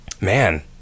Man